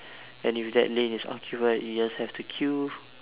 and if that lane is occupied you just have to queue